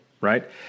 right